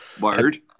Word